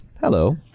Hello